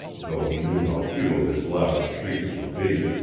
though he knew how futile his loudest shrieks would be.